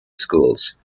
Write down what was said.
schools